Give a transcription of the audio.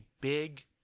big